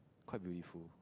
quite beautiful